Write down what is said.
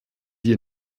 die